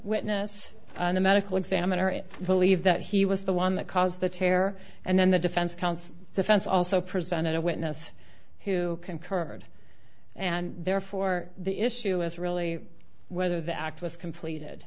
witness the medical examiner it believe that he was the one that caused the tear and then the defense counsel defense also presented a witness who concurred and therefore the issue is really whether the act was completed